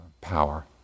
power